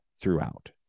throughout